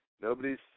Nobody's